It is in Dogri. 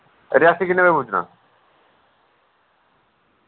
रियासी किन्ने बजे पुज्जना